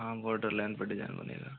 हाँ border line पर design बनेगा